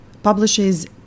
publishes